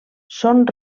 són